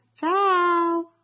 Ciao